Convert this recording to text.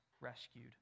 rescued